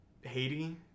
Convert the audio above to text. Haiti